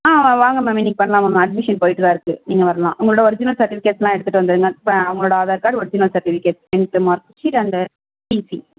ஆ வாங்க மேம் இன்னக்கு பண்ணலாம் மேம் அட்மிஷன் போயிட்டு தான் இருக்கு நீங்கள் வர்லாம் உங்களோட ஒரிஜினல் சர்டிபிகேட்ஸ்லாம் எடுத்துகிட்டு வந்துருங்க உங்களோட Aadhaar card original certificate tenth mark sheet and DC